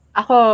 ako